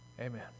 Amen